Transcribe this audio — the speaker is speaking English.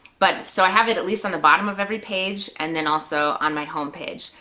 but so i have it at least on the bottom of every page and then also on my homepage.